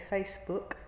Facebook